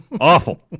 Awful